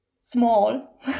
small